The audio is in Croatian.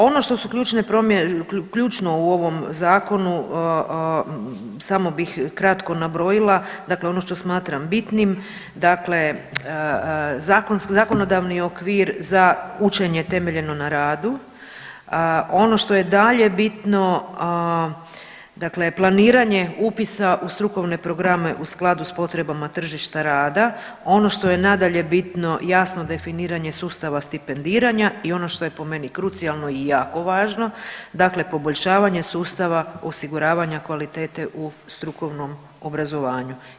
Ono što su ključne .../nerazumljivo/... ključno u ovom Zakonu, samo bih kratko nabrojila, dakle ono što smatram bitnim, dakle zakonodavni okvir za učenje temeljeno na radu, on što je dalje bitno, dakle planiranje upisa u strukovne programe u skladu s potrebama tržišta rada, ono što je nadalje bitno, jasno definiranje sustava stipendiranja i ono što je po meni krucijalno i jako važno, dakle poboljšavanje sustava osiguravanja kvalitete u strukovnom obrazovanju.